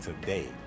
today